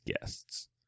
Guests